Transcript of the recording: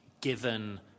given